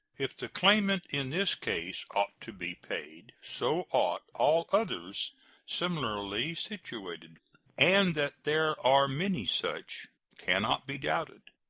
if the claimant in this case ought to be paid, so ought all others similarly situated and that there are many such can not be doubted.